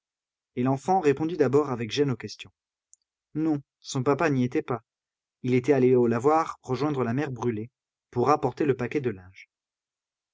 et l'enfant répondit d'abord avec gêne aux questions non son papa n'y était pas il était allé au lavoir rejoindre la mère brûlé pour rapporter le paquet de linge